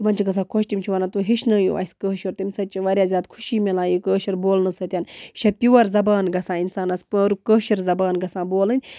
تِمَن چھِ گژھان خۄش تِم چھِ وَنان تُہۍ ہیٚچھنٲوِو اَسہِ کٲشُر تمہِ سۭتۍ چھِ واریاہ زیادٕ خوشی میلان یہِ کٲشُر بولنہٕ سۭتٮ۪ن یہِ چھےٚ پیٛوٗوَر زَبان گژھان اِنسانَس پٔر کٲشِر زَبان گژھان بولٕنۍ